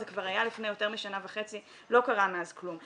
זה כבר היה לפני יותר משנה וחצי, לא קרה מאז כלום.